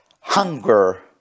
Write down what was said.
hunger